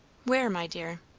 where, my dear?